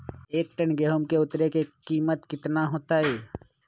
एक टन गेंहू के उतरे के कीमत कितना होतई?